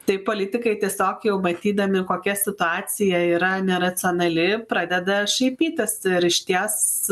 tai politikai tiesiog jau matydami kokia situacija yra neracionali pradeda šaipytis ir išties